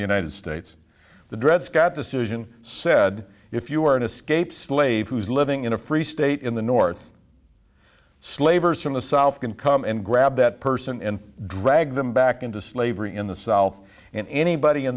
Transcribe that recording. the united states the dred scott decision said if you are an escape slave who's living in a free state in the north slavers from the south can come and grab that person and drag them back into slavery in the south and anybody in